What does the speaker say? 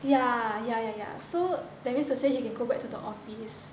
ya ya ya ya so that means to say he can go back to the office